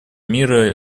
мира